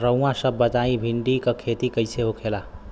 रउआ सभ बताई भिंडी क खेती कईसे होखेला?